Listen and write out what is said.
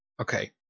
Okay